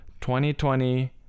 2020